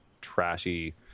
trashy